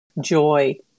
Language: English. joy